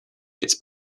its